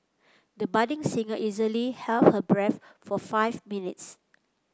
the budding singer easily held her breath for five minutes